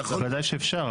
בוודאי שאפשר.